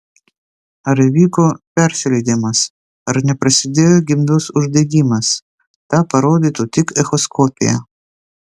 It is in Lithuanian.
ar įvyko persileidimas ar neprasidėjo gimdos uždegimas tą parodytų tik echoskopija